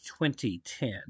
2010